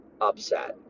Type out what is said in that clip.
upset